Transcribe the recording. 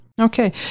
Okay